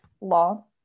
law